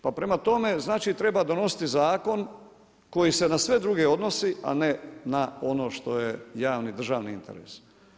Pa prema tome, treba donositi zakon koji se na sve druge odnosi, a ne na ono što je javni državni interes.